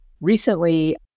recently